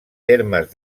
termes